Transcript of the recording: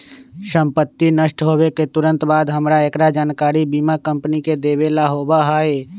संपत्ति नष्ट होवे के तुरंत बाद हमरा एकरा जानकारी बीमा कंपनी के देवे ला होबा हई